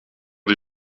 die